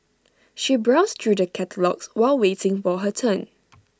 she browsed through the catalogues while waiting for her turn